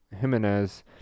Jimenez